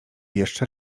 jeszcze